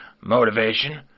Motivation